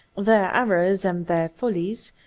their errors and their follies,